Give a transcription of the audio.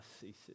ceases